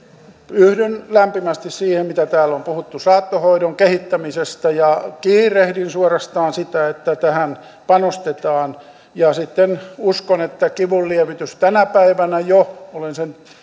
yhdyn lämpimästi siihen mitä täällä on puhuttu saattohoidon kehittämisestä ja kiirehdin suorastaan sitä että tähän panostetaan sitten uskon että kivunlievitys tänä päivänä jo olen sen